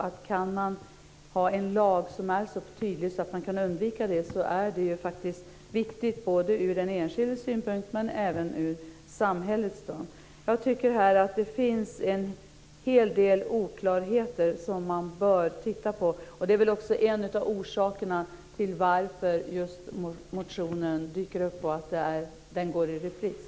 Att ha en lag som är så tydlig att man kan undvika det är faktiskt viktigt från den enskildes synpunkt och även från samhällets synpunkt. Jag tycker att det finns en hel del oklarheter som man bör titta på. Det är väl också en av orsakerna till varför motionen dyker upp och går i repris.